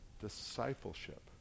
discipleship